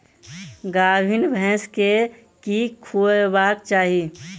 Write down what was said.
गाभीन भैंस केँ की खुएबाक चाहि?